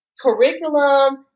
curriculum